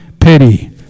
pity